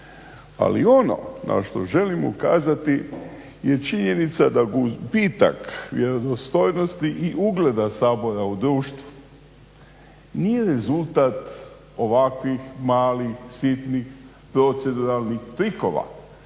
Ali ono na što želim ukazati je činjenica da gubitak vjerodostojnosti i ugleda Sabora u društvu nije rezultat ovakvih malih sitnih proceduralnih trikova